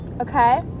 Okay